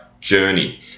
journey